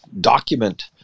document